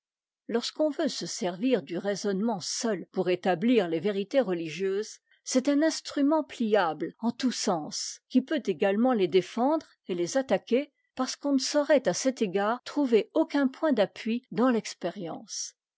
lorsqu'on veut se servir du raisonnement seul pour établir les vérités religieuses c'est un instrument pliable en tous sens qui peut égatement les défendre et les attaquer parce qu'on ne saurait à cet égard trouver aucun point d'appui dans l'expérience